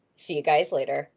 see you guys later.